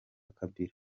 kabila